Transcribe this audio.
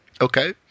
Okay